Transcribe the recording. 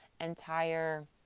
entire